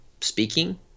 speaking